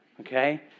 Okay